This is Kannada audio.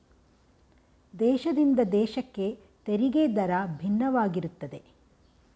ದೇಶದಿಂದ ದೇಶಕ್ಕೆ ತೆರಿಗೆ ದರ ಭಿನ್ನವಾಗಿರುತ್ತದೆ